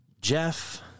Jeff